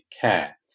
care